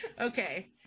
Okay